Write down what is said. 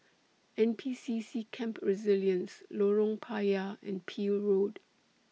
N P C C Camp Resilience Lorong Payah and Peel Road